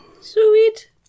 Sweet